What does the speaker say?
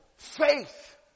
Faith